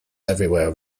everywhere